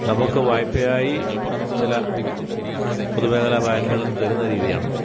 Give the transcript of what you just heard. നമുക്ക് വായ്പയായി ചില പൊതുമേഖല ബാങ്കുകളും തരുന്ന രീതിയാണല്ലോ